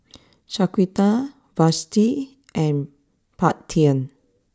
Shaquita Vashti and Paityn